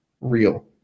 real